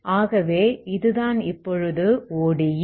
ஆகவே இது தான் இப்பொழுது ODE